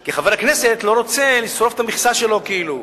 כי חבר הכנסת לא רוצה לשרוף את המכסה שלו כאילו.